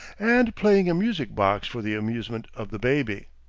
and playing a music-box for the amusement of the baby!